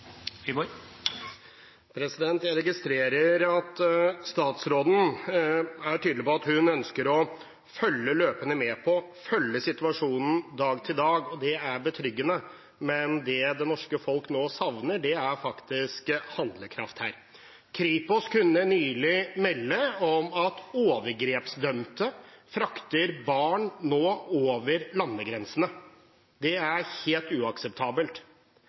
før. Jeg registrerer at statsråden er tydelig på at hun ønsker å følge løpende med på situasjonen fra dag til dag. Det er betryggende, men det det norske folk nå savner, er faktisk handlekraft. Kripos kunne nylig melde at overgrepsdømte nå frakter barn over landegrensene. Det er helt uakseptabelt.